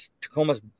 Tacoma's